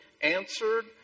answered